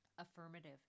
Affirmative